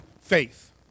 faith